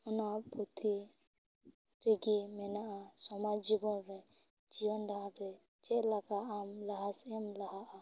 ᱚᱱᱟ ᱯᱩᱛᱷᱤ ᱨᱮᱜᱮ ᱢᱮᱱᱟᱜᱼᱟ ᱥᱚᱢᱟᱡ ᱡᱤᱵᱚᱱᱨᱮ ᱡᱤᱭᱚᱱ ᱰᱟᱦᱟᱨ ᱨᱮ ᱪᱮᱫ ᱞᱮᱠᱟ ᱟᱢ ᱞᱟᱦᱟ ᱥᱮᱱ ᱮᱢ ᱞᱟᱦᱟᱼᱟ